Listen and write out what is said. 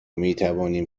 میتوانیم